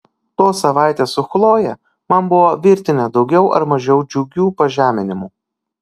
tos savaitės su chloje man buvo virtinė daugiau ar mažiau džiugių pažeminimų